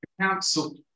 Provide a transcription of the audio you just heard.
Council